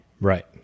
Right